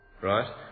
right